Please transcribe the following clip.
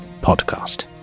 Podcast